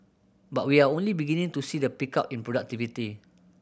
but we are only beginning to see the pickup in productivity